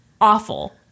awful